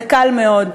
זה קל מאוד,